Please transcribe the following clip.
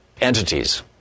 entities